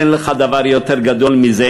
אין לך דבר יותר גדול מזה,